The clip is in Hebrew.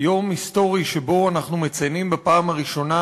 יום היסטורי שבו אנחנו מציינים בפעם הראשונה